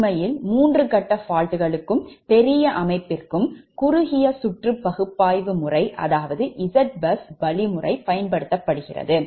உண்மையில் மூன்று கட்ட faultகளுக்கு பெரிய அமைப்புக்கு குறுகிய சுற்று பகுப்பாய்வு முறை அதாவது Zbus வழிமுறை பயன்படுத்தபடுகிறது